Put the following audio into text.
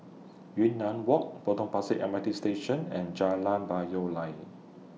Yunnan Walk Potong Pasir M R T Station and Jalan Payoh Lai